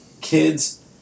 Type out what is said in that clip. kids